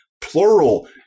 plural